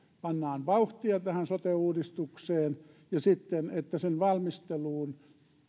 pannaan vauhtia tähän sote uudistukseen ja sitten että sen valmisteluun